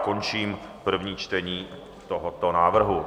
Končím první čtení tohoto návrhu.